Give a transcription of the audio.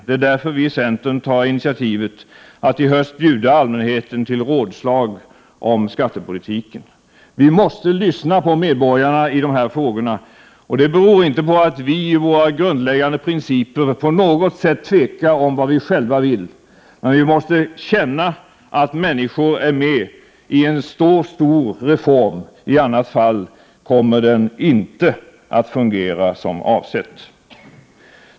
Det är därför vi i centern tar initiativet att i höst bjuda allmänheten till rådslag om skattepolitiken. Vi måste lyssna på medborgarna i de här frågorna. Det beror inte på att vi tvekar i våra grundläggande principer och om vad vi själva vill, men vi måste känna att människor är med i en mycket stor reform. I annat fall kommer den inte att fungera som avsetts.